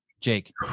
jake